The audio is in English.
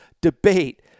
debate